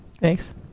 Thanks